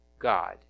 God